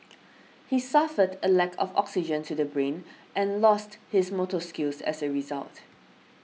he suffered a lack of oxygen to the brain and lost his motor skills as a result